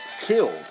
killed